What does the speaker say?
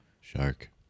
Shark